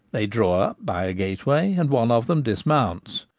they draw up by a gateway, and one of them dismounts.